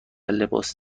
لباس